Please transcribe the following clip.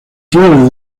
flores